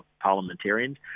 parliamentarians